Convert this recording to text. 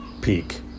peak